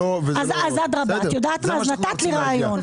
אז אדרבא; נתת לי רעיון.